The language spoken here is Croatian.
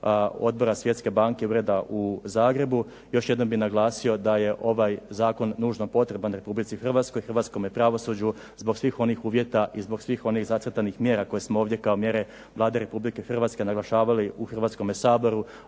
odbora Svjetske banke, ureda u Zagrebu. Još jednom bih naglasio da je ovaj zakon nužno potreban Republici Hrvatskoj, hrvatskome pravosuđu zbog svih onih uvjeta i zbog svih onih zacrtanih mjera koje smo ovdje kao mjere Vlade Republike Hrvatske naglašavali u Hrvatskome saboru,